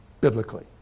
biblically